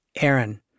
Aaron